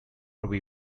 away